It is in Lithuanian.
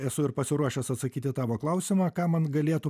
esu ir pasiruošęs atsakyt į tavo klausimą ką man galėtų